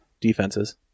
defenses